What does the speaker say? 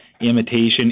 Imitation